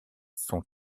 sont